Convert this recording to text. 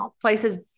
places